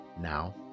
Now